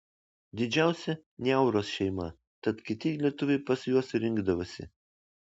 didžiausia niauros šeima tad kiti lietuviai pas juos ir rinkdavosi